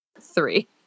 three